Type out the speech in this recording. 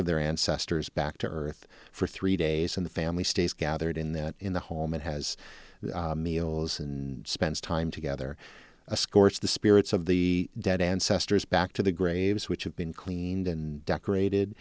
of their ancestors back to earth for three days and the family stays gathered in that in the home and has meals and spends time together scorch the spirits of the dead ancestors back to the graves which have been cleaned and decorated